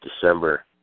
December